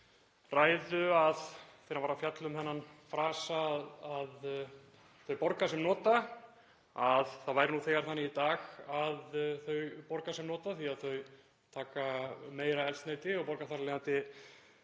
ræðu þegar hann var að fjalla um þennan frasa, „þeir borga sem nota“, að það væri nú þegar þannig í dag að þau borgi sem nota af því að þau taka meira eldsneyti og borga þar af